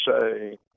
say